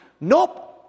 Nope